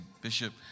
bishop